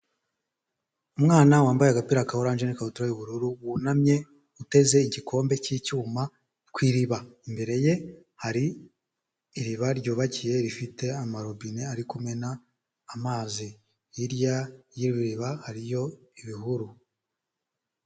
Umwana wambaye agapira ka oranje n' ikabutura y'ubururu, wunamye uteze igikombe cy'icyuma ku iriba, imbere ye hari iriba ryubakiye, rifite amarobine ari kumena amazi, hirya y'iriba hariyo ibihuru.